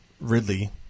Ridley